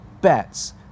bets